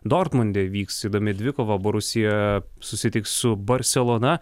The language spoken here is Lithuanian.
dortmunde vyks įdomi dvikova borusija susitiks su barselona